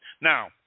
Now